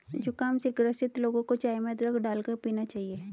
जुखाम से ग्रसित लोगों को चाय में अदरक डालकर पीना चाहिए